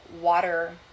water